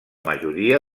majoria